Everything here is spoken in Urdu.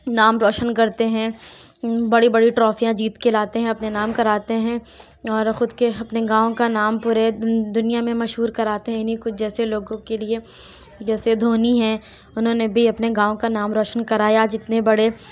نام روشن کرتے ہیں بڑی بڑی ٹرافیاں جیت کے لاتے ہیں اپنے نام کراتے ہیں اور خود کے اپنے گاؤں کا نام پورے دنیا میں مشہور کراتے ہیں انہیں کچھ جیسے لوگوں کے لیے جیسے دھونی ہیں انہوں نے بھی اپنے گاؤں کا نام روشن کرایا جتنے بڑے